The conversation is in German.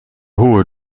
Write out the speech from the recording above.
hohe